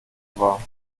war